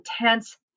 intense